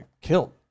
killed